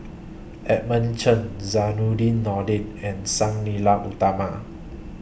Edmund Chen Zainudin Nordin and Sang Nila Utama